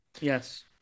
Yes